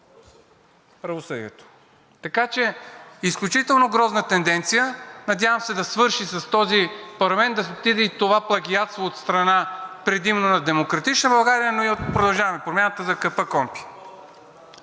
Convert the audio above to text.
Така че е изключително грозна тенденция. Надявам се да свърши, с този парламент да си отиде и това плагиатство от страна предимно на „Демократична България“, но и от „Продължаваме Промяната“ за КПКОНПИ.